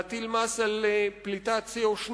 להטיל מס על פליטת CO2,